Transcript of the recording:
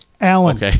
Alan